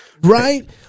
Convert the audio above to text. Right